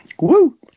Woo